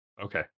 Okay